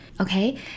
Okay